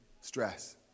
stress